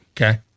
Okay